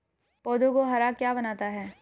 पौधों को हरा क्या बनाता है?